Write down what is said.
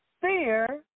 Fear